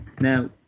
now